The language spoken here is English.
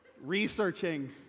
researching